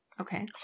Okay